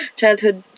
childhood